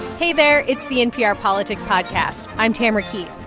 hey there. it's the npr politics podcast. i'm tamara keith.